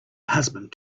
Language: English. husband